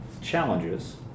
challenges